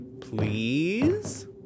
Please